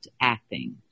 acting